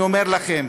ואני אומר לכם: